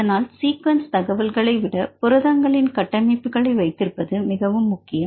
அதனால் சீகுவென்ஸ் தகவல்களை விட புரதங்களின் கட்டமைப்புகளை வைத்திருப்பது மிகவும் முக்கியம்